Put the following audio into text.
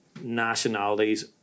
Nationalities